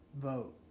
vote